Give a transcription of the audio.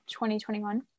2021